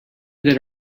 that